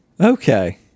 Okay